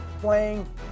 playing